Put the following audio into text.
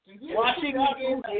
watching